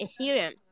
Ethereum